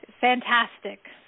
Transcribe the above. Fantastic